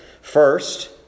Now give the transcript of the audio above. first